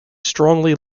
strongly